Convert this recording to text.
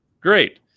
great